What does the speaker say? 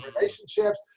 relationships